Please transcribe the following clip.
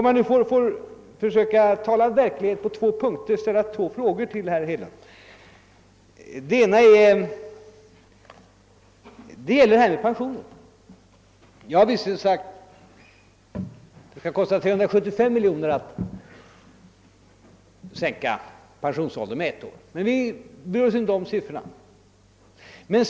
Jag vill tala verklighet med herr Hedlund och ställa frågor till honom på två punkter. Den ena frågan gäller folkpensionerna. Jag har visserligen sagt att det skulle kosta 375 miljoner kronor att sänka pensionsåldern med ett år. Låt oss emellertid bortse från siffrorna.